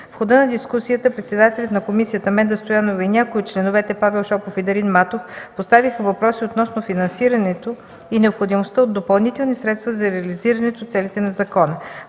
В хода на дискусията председателят на комисията – Менда Стоянова, и някои от членовете – Павел Шопов и Дарин Матов, поставиха въпроси относно финансирането и необходимостта от допълнителни средства за реализиране целите на закона.